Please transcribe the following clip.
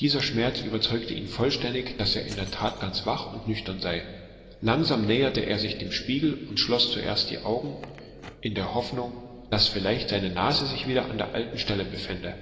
dieser schmerz überzeugte ihn vollständig daß er in der tat ganz wach und nüchtern sei langsam näherte er sich dem spiegel und schloß zuerst die augen in der hoffnung daß vielleicht seine nase sich wieder an der alten stelle befände